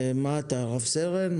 מה אתה, רב סרן?